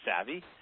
savvy